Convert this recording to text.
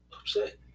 upset